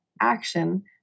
action